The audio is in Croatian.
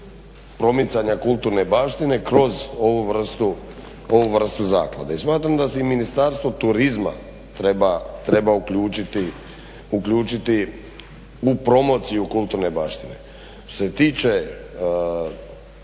promicanja kulturne baštine kroz ovu vrstu zaklade i smatram da se i Ministarstvo turizma treba uključiti u promociju kulturne baštine. Što se tiče